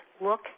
look